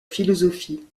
philosophie